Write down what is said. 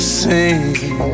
sing